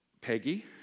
Peggy